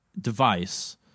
device